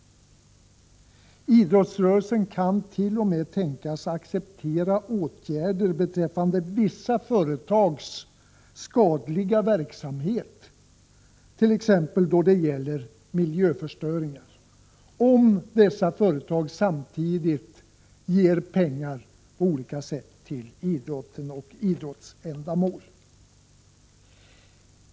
Idrottsrörelsen kan t.o.m. tänka sig att acceptera åtgärder beträffande vissa företags skadliga verksamhet, t.ex. då det gäller miljöförstöring, om dessa företag samtidigt ger pengar till idrotten.